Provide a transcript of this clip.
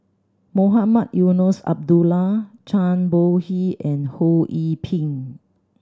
Mohamed Eunos Abdullah Zhang Bohe and Ho Yee Ping